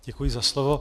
Děkuji za slovo.